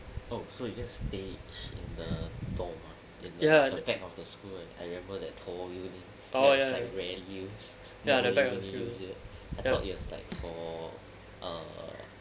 oh so you just stay in the dorm ah in the back of the school I remember that tall view that's it like rarely used I thought it was like for err